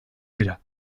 dira